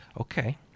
Okay